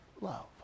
love